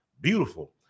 beautiful